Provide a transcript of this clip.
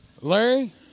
Larry